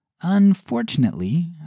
Unfortunately